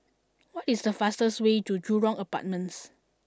what is the fastest way to Jurong Apartments